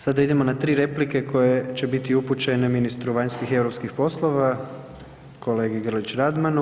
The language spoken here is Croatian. Sada idemo na tri replike koje će biti upućene ministru vanjskih i europskih poslova kolegi Grlić Radmanu.